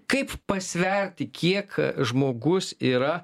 kaip pasverti kiek žmogus yra